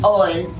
oil